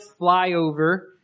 flyover